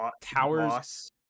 towers